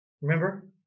Remember